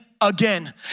again